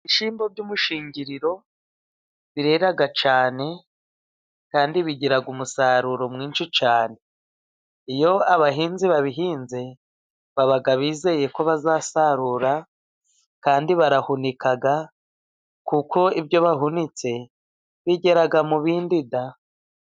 Ibishyimbo by'umushingiriro birera cyane, kandi bigira umusaruro mwinshi cyane. Iyo abahinzi babihinze baba bizeye ko bazasarura kandi barahunika kuko ibyo bahunitse bigera mu bindi da.